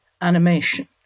animation